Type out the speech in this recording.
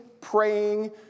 praying